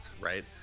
right